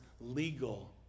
legal